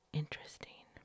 interesting